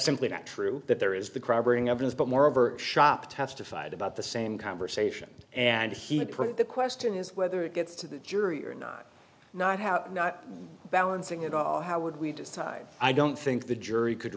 simply not true that there is the crime bring evidence but moreover shop testified about the same conversation and he had printed the question is whether it gets to the jury or not not how not balancing it all how would we decide i don't think the jury could